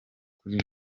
kuri